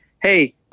Hey